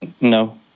No